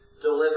deliver